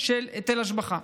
של היטל השבחה.